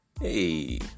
Hey